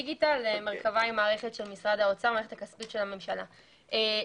מרכבה היא המערכת הכספית של הממשלה, משרד האוצר.